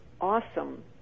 awesome